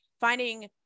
finding